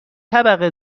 طبقه